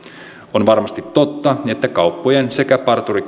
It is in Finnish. on varmasti totta että kauppojen sekä parturi